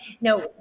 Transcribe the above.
No